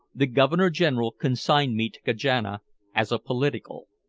the governor-general consigned me to kajana as a political,